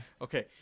okay